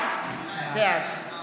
שהליכוד, ויצביעו לך,